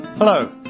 Hello